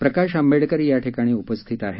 प्रकाश आंबेडकर याठिकाणी उपस्थित आहेत